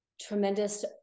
tremendous